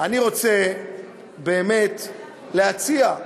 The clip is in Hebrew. אני רוצה באמת להציע,